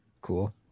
cool